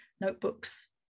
notebooks